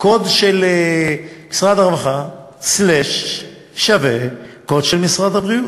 קוד של משרד הרווחה שווה קוד של משרד הבריאות.